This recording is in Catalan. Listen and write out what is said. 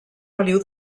feliu